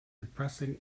depressing